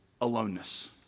aloneness